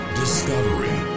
discovery